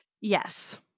Yes